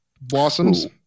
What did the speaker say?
blossoms